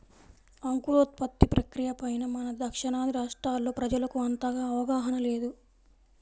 అంకురోత్పత్తి ప్రక్రియ పైన మన దక్షిణాది రాష్ట్రాల్లో ప్రజలకు అంతగా అవగాహన లేదు